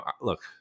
look